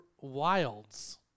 Wilds